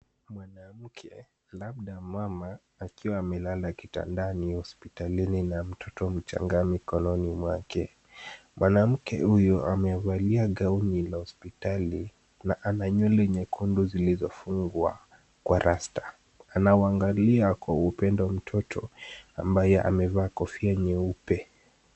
Mwanamke labda mama akiwa amelala kitandani hospitalini na mtoto mchanga mikononi mwake. Mwanamke huyu amevalia gauni la hospitali na ana nywele nyekundu zilizofungwa kwa rasta. Anamwangalia kwa upendo mtoto ambaye amevaa kofia nyeupe.